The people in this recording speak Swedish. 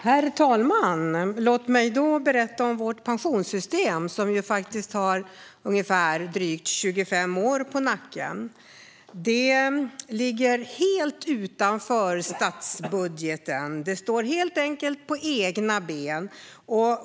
Herr talman! Låt mig berätta om vårt pensionssystem, som faktiskt har drygt 25 år på nacken. Det ligger helt utanför statsbudgeten. Det står helt enkelt på egna ben.